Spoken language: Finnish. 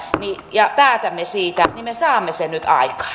ja päätämme siitä niin me saamme sen nyt